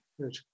Good